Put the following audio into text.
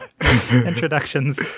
introductions